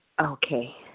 Okay